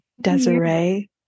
Desiree